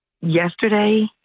Yesterday